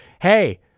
Hey